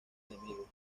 enemigos